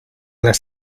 las